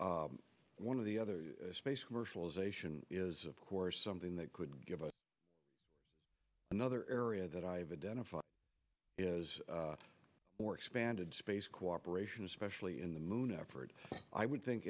one of the other space commercialization is of course something that could give us another area that i have identified is more expanded space cooperation especially in the moon effort i would think